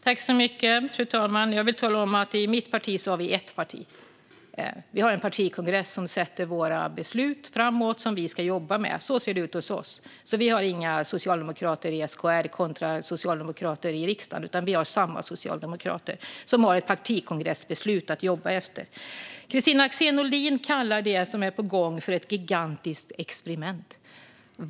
Fru talman! Jag vill tala om att vi i mitt parti är ett parti. Vi har en partikongress som fattar beslut om vad vi ska jobba med framöver. Så ser det ut hos oss. Vi har alltså inte socialdemokrater i SKR kontra socialdemokrater i riksdagen, utan vi har samma socialdemokrater som har ett partikongressbeslut att jobba utifrån. Kristina Axén Olin kallar det som är på gång ett gigantiskt experiment.